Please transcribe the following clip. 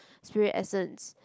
spirit essence